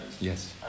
Yes